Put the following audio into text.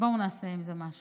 בואו נעשה עם זה משהו.